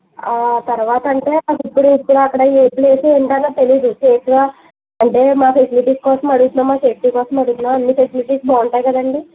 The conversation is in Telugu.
తరవాత అంటే మాకిప్పుడు ఇప్పుడు అక్కడ ఏ ప్లేసు ఉండాలో తెలీదు ప్లేసులో అంటే మా ఫెసిలిటీస్ కోసం అడుగుతున్నాము మా సేఫ్టీ కోసం అడుగుతున్నాము అన్ని ఫెసిలిటీస్ బాగుంటాయి కదండీ